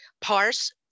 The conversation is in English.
parse